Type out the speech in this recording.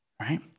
right